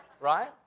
Right